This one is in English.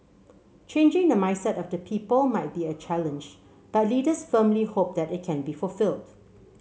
changing the mindset of the people might be a challenge but leaders firmly hope that it can be fulfilled